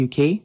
UK